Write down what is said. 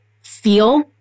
feel